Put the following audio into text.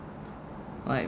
like